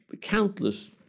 countless